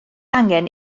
angen